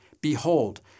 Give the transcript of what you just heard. Behold